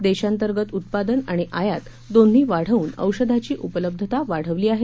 देशांतर्गत उत्पादन आणि आयात दोन्ही वाढवून औषधाची उपलब्धता वाढवली आहे